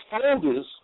folders